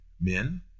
men